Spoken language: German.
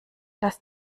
dass